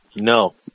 No